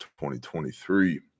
2023